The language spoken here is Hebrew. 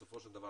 בסופו של דבר